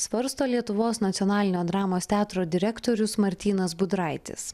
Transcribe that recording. svarsto lietuvos nacionalinio dramos teatro direktorius martynas budraitis